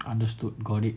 understood got it